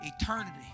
eternity